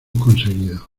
conseguido